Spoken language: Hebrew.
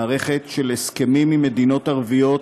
מערכת של הסכמים עם מדינות ערביות,